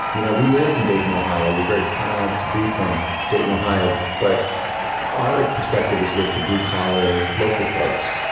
you know, we live in dayton, ohio. we're very proud to be from dayton, ohio. but our perspective is with the blue-collar, local folks.